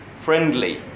friendly